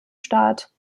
staat